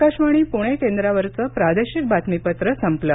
आकाशवाणी पूर्ण केंद्रावरचं प्रादेशिक बातमीपत्र संपलं